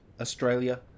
Australia